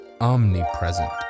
omnipresent